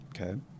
Okay